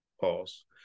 Pause